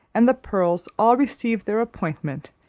and the pearls, all received their appointment,